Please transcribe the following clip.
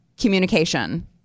communication